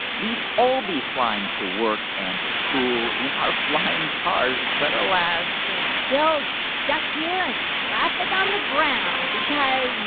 we'd all be flying to work and to school in our flying cars. but alas. we're still stuck here in traffic on the ground because